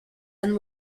and